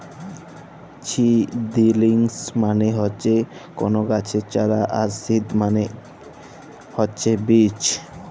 seedlings মানে হচ্যে কল গাছের চারা আর সিড মালে ছে বীজ